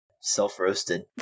Self-roasted